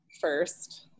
first